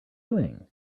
doing